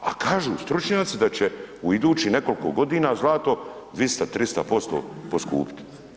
A kažu stručnjaci da će u idućih nekoliko godina zlato 200, 300% poskupit.